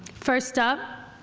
first up,